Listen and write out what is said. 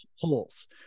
holes